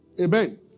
Amen